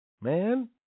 Man